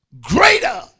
greater